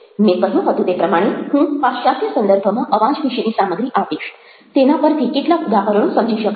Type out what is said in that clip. મેં કહ્યું હતું તે પ્રમાણે હું પાશ્ચાત્ય સંદર્ભમાં અવાજ વિશેની સામગ્રી આપીશ તેના પરથી કેટલાક ઉદાહરણો સમજી શકાશે